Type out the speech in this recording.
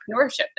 entrepreneurship